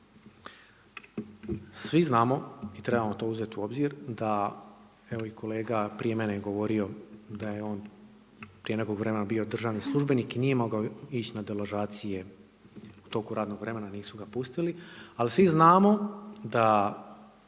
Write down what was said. Svi znamo i trebamo to uzeti u obzir, da evo i kolega prije mene je govorio da je on prije nekog vremena bio državni službenik i nije mogao ići na deložacije u toku radnog vremena, nisu ga pustili ali svi znamo da